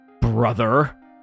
brother